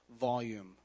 volume